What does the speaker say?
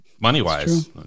money-wise